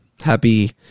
Happy